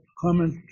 comment